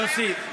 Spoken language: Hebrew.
יוסי,